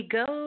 go